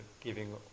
giving